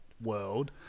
world